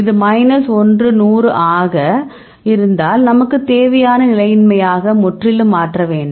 இது மைனஸ் 1 100 ஆக இருந்தால் நமக்கு தேவையான நிலையின்மையாக முற்றிலும் மாற்ற வேண்டும்